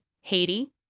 Haiti